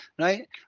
right